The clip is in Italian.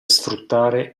sfruttare